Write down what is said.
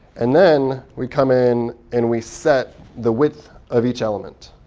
and then, we come in and we set the width of each element.